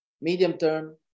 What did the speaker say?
medium-term